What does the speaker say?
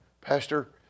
Pastor